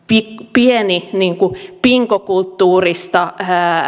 pieni pinkokulttuurista